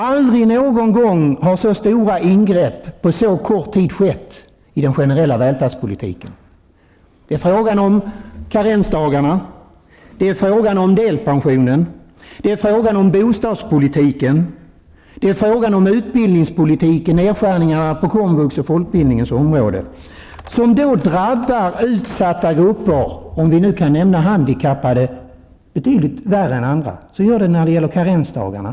Aldrig har det gjorts så stora ingrepp på så kort tid när det gäller den generella välfärdspolitiken. Det gäller karensdagarna, delpensionen, bostadspolitiken, utbildningspolitiken, nedskärningarna beträffande komvux och fortbildning. Denna politik drabbar utsatta grupper som de handikappade betydligt värre än andra. Så förhåller det sig t.ex. beträffande karensdagarna.